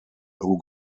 who